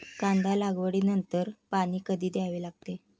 कांदा लागवडी नंतर पाणी कधी द्यावे लागते?